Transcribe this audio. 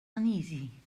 uneasy